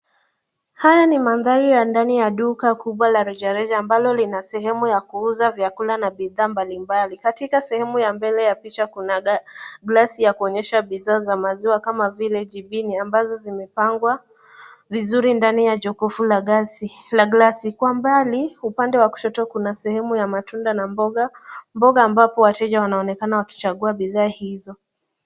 Haya ni mandhari ya ndani ya duka kubwa la rejareja ambalo lina sehemu ya kuuza vyakula na bidhaa mbalimbali. Katika sehemu ya mbele ya picha kuna glasi ya kuonyesha bidhaa za maziwa kama vile jibini ambazo zimepangwa vizuri ndani ya jokofu la glasi. Kwa mbali upande wa kushoto kuna sehemu ya matunda na mboga. Mboga ambapo wateja wanaonekana wakichagua bidhaa hizo.